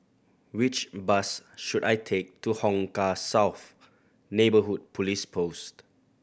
which bus should I take to Hong Kah South Neighbourhood Police Post